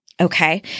Okay